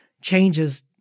changes